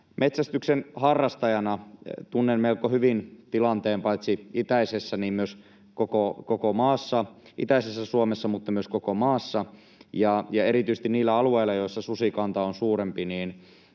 Metsästyksen harrastajana tunnen melko hyvin tilanteen paitsi itäisessä Suomessa myös koko maassa, ja erityisesti niillä alueilla, joilla susikanta on suurempi, on